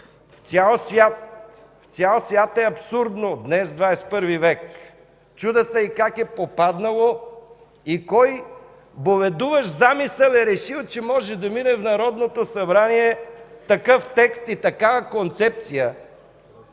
в цял свят е абсурдно днес, в XXI век. Чудя се и как е попаднало и кой боледуващ „замисъл” е решил, че може да мине в Народното събрание такъв текст и такава концепция!